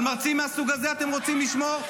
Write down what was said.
על מרצים מהסוג הזה אתם רוצים לשמור?